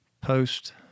post-